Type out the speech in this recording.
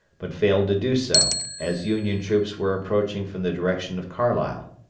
but failed to do so, as union troops were approaching from the direction of carlisle.